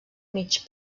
mig